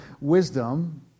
wisdom